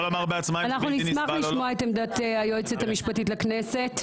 אנחנו נשמח לשמוע את עמדת היועצת המשפטית לכנסת.